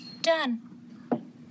Done